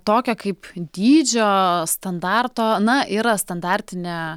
tokia kaip dydžio standarto na yra standartinė